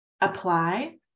apply